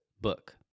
book